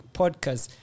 podcast